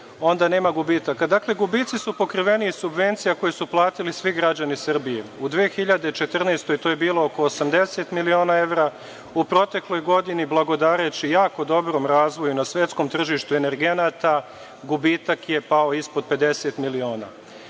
onda nema gubitaka. Dakle, gubici su pokriveni subvencijama koje su platili svi građani Srbije. U 2014. godini to je bilo oko 80 miliona evra, u protekloj godini blagodareći jako dobrom razvoju na svetskom tržištu energenata gubitak je pao ispod 50 miliona. Građani